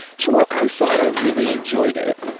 so, when i saw it, i really enjoyed it